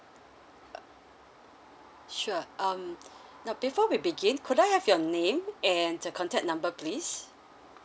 sure um now before we begin could I have your name and the contact number please